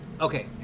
Okay